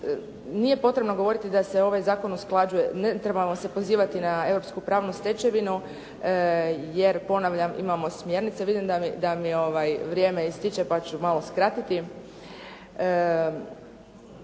Nije potrebno govoriti da se ovaj zakon usklađuje, ne trebamo se pozvati na europsku pravnu stečevinu, jer ponavljam imamo smjernice. Vidim da mi vrijeme ističe, pa ću malo skratiti.